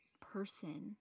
person